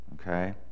Okay